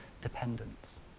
dependence